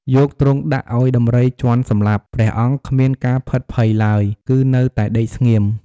យកទ្រង់ដាក់ឲ្យដំរីជាន់សម្លាប់ ព្រះអង្គគ្មានការភិតភ័យឡើយ គឺនៅតែដេកស្ងៀម។